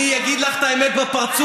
אני אגיד לך את האמת בפרצוף.